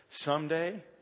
Someday